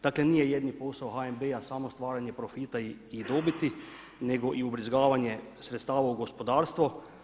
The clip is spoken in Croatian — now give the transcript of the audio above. Dakle nije jedini posao HNB-a samo stvaranje profita i dobiti nego i ubrizgavanje sredstava u gospodarstvo.